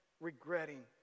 regretting